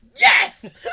yes